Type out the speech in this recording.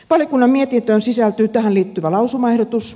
valiokunnan mietintöön sisältyy tähän liittyvä lausumaehdotus